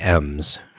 Ms